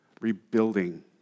rebuilding